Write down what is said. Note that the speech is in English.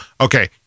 Okay